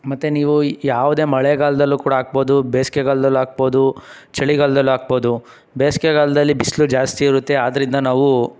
ಮತ್ತು ನೀವು ಯಾವುದೇ ಮಳೆಗಾಲದಲ್ಲೂ ಕೂಡ ಹಾಕ್ಬೋದು ಬೇಸ್ಗೆಗಾಲ್ದಲ್ಲಿ ಹಾಕ್ಬೋದು ಚಳಿಗಾಲ್ದಲ್ಲಿ ಹಾಕ್ಬೋದು ಬೇಸಿಗೆಗಾಲ್ದಲ್ಲಿ ಬಿಸಿಲು ಜಾಸ್ತಿ ಇರುತ್ತೆ ಆದ್ದರಿಂದ ನಾವು